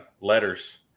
letters